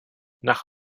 nach